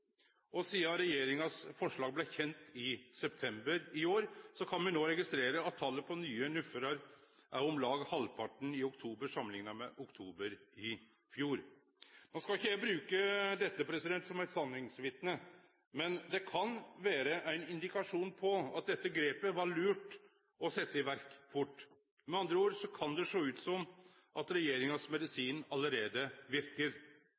fjor. Sidan regjeringas forslag blei kjent i september i år, kan me no registrere at talet på nye NUF-ar er om lag halvparten i oktober samanlikna med oktober i fjor. No skal ikkje eg bruke dette som eit sanningsvitne, men det kan vere ein indikasjon på at det var lurt å ta dette grepet fort. Med andre ord: Det kan sjå ut som at regjeringas medisin allereie verkar.